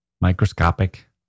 microscopic